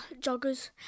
joggers